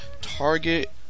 Target